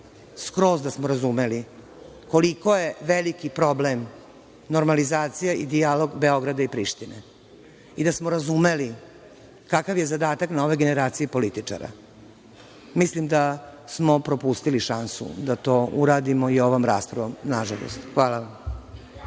jasno da smo razumeli koliko je veliki problem normalizacije i dijalog Beograda i Prištine i da smo razumeli kakav je zadatak nove generacije političara. Mislim da smo propustili šansu da to uradimo i ovom raspravom, nažalost. Hvala vam.